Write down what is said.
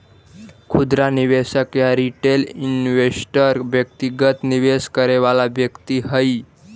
खुदरा निवेशक या रिटेल इन्वेस्टर व्यक्तिगत निवेश करे वाला व्यक्ति हइ